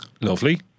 Lovely